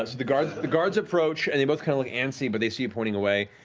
ah the guards the guards approach and they both kind of look antsy, but they see you pointing away,